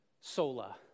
Sola